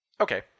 Okay